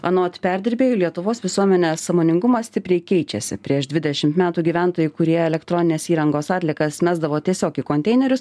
anot perdirbėjų lietuvos visuomenės sąmoningumas stipriai keičiasi prieš dvidešimt metų gyventojai kurie elektroninės įrangos atliekas mesdavo tiesiog į konteinerius